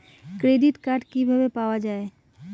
Credit card কিভাবে পাওয়া য়ায়?